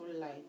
light